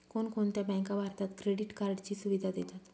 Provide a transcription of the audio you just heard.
कोणकोणत्या बँका भारतात क्रेडिट कार्डची सुविधा देतात?